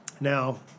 now